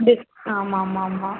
ஆமாம் ஆமாம் ஆமாம்